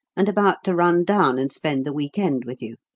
and about to run down and spend the week-end with you.